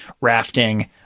rafting